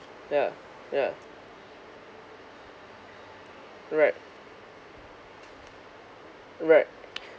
yeah yeah right right